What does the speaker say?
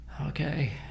Okay